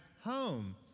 home